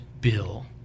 bill